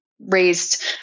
raised